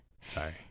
Sorry